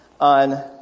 on